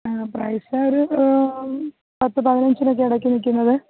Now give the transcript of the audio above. price ഒരു പത്ത് പതിനഞ്ചിനക്കെ ഇടക്ക് നിൽക്കുന്നത്